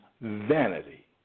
vanity